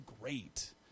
great